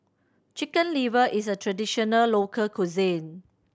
Chicken Liver is a traditional local cuisine